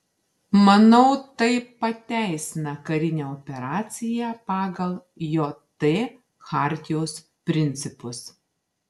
manau tai pateisina karinę operaciją pagal jt chartijos principus